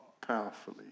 powerfully